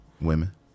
women